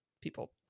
people